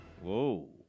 Whoa